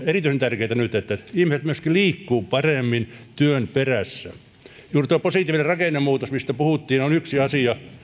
erityisen tärkeätä on nyt se että ihmiset myöskin liikkuvat paremmin työn perässä juuri tuo positiivinen rakennemuutos mistä puhuttiin on yksi asia